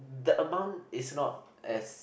the amount is not as